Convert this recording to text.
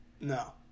No